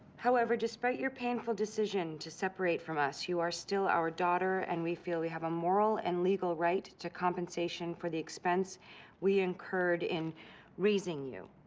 however, despite your painful decision to separate from us, you are still our daughter and we feel we have a moral and legal right to compensation for the expense we incurred in raising you.